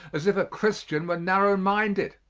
as if a christian were narrow minded.